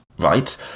right